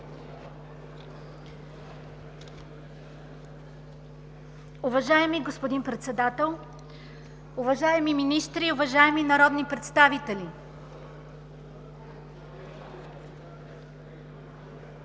Уважаеми господин Председател, уважаеми дами и господа народни представители!